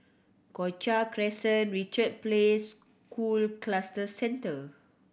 Cochrane Crescent Richard Place School Cluster Centre